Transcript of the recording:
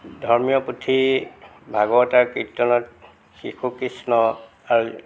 ধৰ্মীয় পুথি ভাগৱত আৰু কীৰ্তনত শিশু কৃষ্ণ আৰু